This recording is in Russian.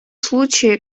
случае